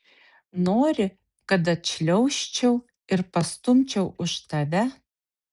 nori kad atšliaužčiau ir pastumčiau už tave